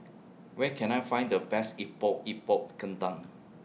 Where Can I Find The Best Epok Epok Kentang